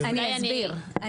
אני אסביר.